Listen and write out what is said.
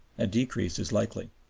a decrease is likely.